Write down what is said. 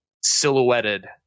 silhouetted